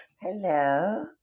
Hello